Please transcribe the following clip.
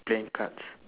playing cards